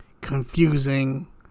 confusing